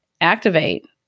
activate